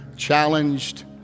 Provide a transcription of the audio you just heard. challenged